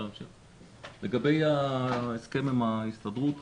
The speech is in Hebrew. לגבי ההסכם עם ההסתדרות